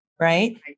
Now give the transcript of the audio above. right